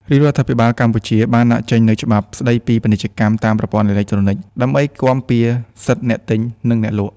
រាជរដ្ឋាភិបាលកម្ពុជាបានដាក់ចេញនូវច្បាប់ស្ដីពីពាណិជ្ជកម្មតាមប្រព័ន្ធអេឡិចត្រូនិក ដើម្បីគាំពារសិទ្ធិអ្នកទិញ និងអ្នកលក់។